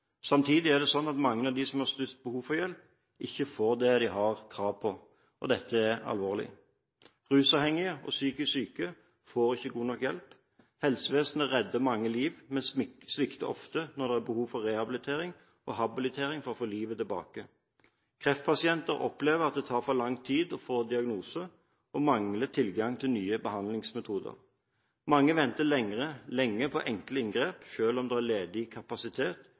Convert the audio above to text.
Samtidig er det sånn at mange av dem som har størst behov for hjelp, ikke får det de har krav på. Dette er alvorlig. Rusavhengige og psykisk syke får ikke god nok hjelp. Helsevesenet redder mange liv, men svikter ofte når det er behov for rehabilitering og habilitering for å få livet tilbake. Kreftpasienter opplever at det tar for lang tid å få diagnose, og de mangler tilgang på nyere behandlingsmetoder. Mange venter lenge på enkle inngrep, selv om det er ledig kapasitet